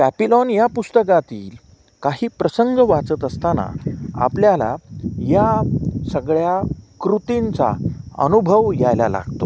papillon या पुस्तकातील काही प्रसंग वाचत असताना आपल्याला या सगळ्या कृतींचा अनुभव यायला लागतो